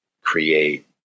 create